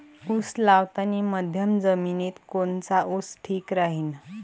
उस लावतानी मध्यम जमिनीत कोनचा ऊस ठीक राहीन?